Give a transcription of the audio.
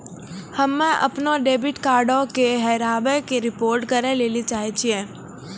हम्मे अपनो डेबिट कार्डो के हेराबै के रिपोर्ट करै लेली चाहै छियै